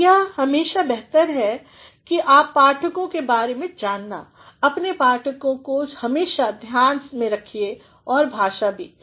तो यह हमेशा बेहतर होता है अपने पाठकों के बारे में जानना अपने पाठकों को हमेशा ध्यान में रखिए और भाषा भी